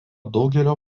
daugelio